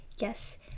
Yes